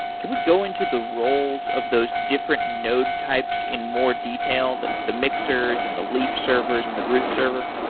can we go into the roles of those different node types in more detail? the the mixers and the leaf servers and the root server?